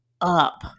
up